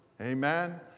amen